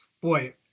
boy